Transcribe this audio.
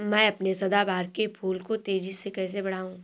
मैं अपने सदाबहार के फूल को तेजी से कैसे बढाऊं?